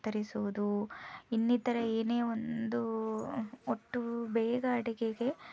ಕತ್ತರಿಸುವುದು ಇನ್ನಿತರ ಏನೇ ಒಂದು ಒಟ್ಟು ಬೇಗ ಅಡುಗೆಗೆ